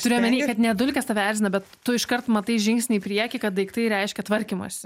turiu omeny kad ne dulkės tave erzina bet tu iškart matai žingsnį į priekį kad daiktai reiškia tvarkymąsi